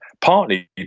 partly